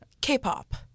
K-pop